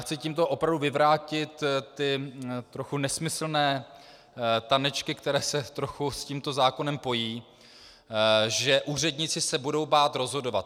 Chci tímto opravdu vyvrátit ty trochu nesmyslné tanečky, které se trochu s tímto zákonem pojí, že úředníci se budou bát rozhodovat.